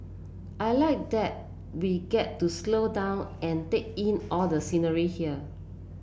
I like that we get to slow down and take in all the scenery here